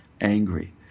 angry